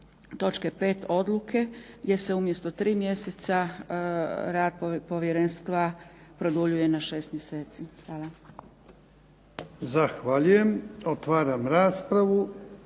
točke 5. odluke gdje se umjesto 3 mjeseca rad povjerenstva produljuje na 6 mjeseci. Hvala. **Jarnjak, Ivan (HDZ)**